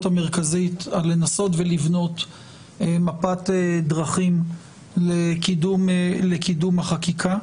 המרכזית על לנסות ולבנות מפת דרכים לקידום החקיקה.